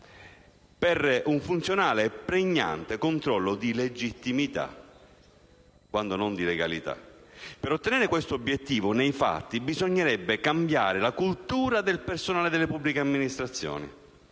per un funzionale ed un pregnante controllo di legittimità quando non di legalità). Per ottenere questo obiettivo - nei fatti - bisognerebbe cambiare la cultura del personale delle pubbliche amministrazioni